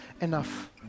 enough